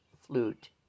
flute